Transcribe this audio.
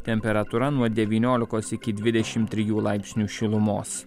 temperatūra nuo devyniolikos iki dvidešimt trijų laipsnių šilumos